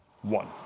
one